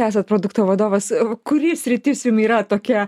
esat produkto vadovas kuri sritis jum yra tokia